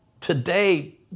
today